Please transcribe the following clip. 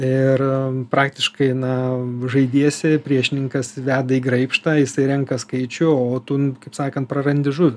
ir praktiškai na žaidiesi priešininkas veda į graibštą jisai renka skaičių o tu kaip sakant prarandi žuvį